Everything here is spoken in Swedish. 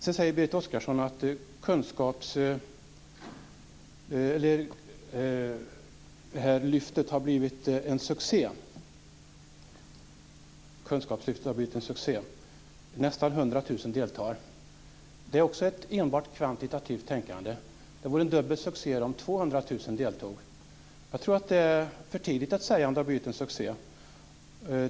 Sedan säger Berit Oscarsson att kunskapslyftet har blivit en succé och att nästan 100 000 deltar. Det är också ett enbart kvantitativt tänkande. Det skulle då vara dubbel succé om 200 000 deltog. Jag tror att det är för tidigt att säga att det har blivit en succé.